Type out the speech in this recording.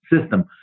system